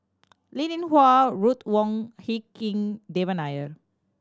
Linn In Hua Ruth Wong Hie King Devan Nair